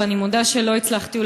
ואני מודה שלא הצלחתי,